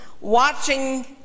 watching